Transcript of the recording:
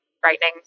frightening